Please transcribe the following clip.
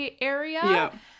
area